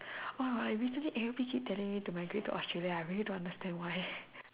oh my god recently everybody keep telling me to migrate to Australia ah I really don't understand why